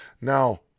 now